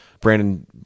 Brandon